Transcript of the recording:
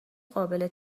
قابل